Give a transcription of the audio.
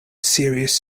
serious